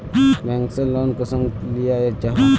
Bank से loan कुंसम लिया जाहा?